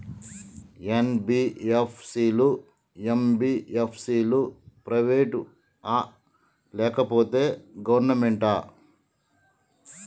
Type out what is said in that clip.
NBFC లు, MBFC లు private ఆ లేకపోతే గవర్నమెంటా?